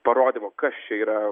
parodymo kas čia yra